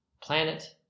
planet